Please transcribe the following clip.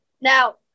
Now